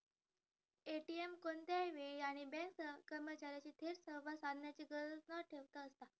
ATM कोणत्याही वेळी आणि बँक कर्मचार्यांशी थेट संवाद साधण्याची गरज न ठेवता असता